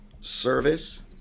service